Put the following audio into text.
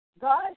God